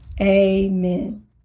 amen